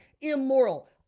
immoral